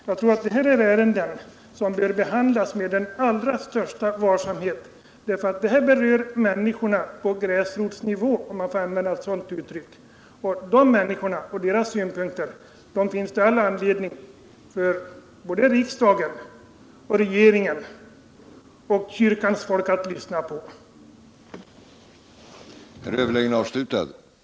Jag tror att det här är ett ärende som bör handläggas med allra största varsamhet; det berör människorna på gräsrotsnivå, om jag får använda det uttrycket, och det finns all anledning för riksdagen, regeringen och kyrkans folk att lyssna på dessa människors synpunkter.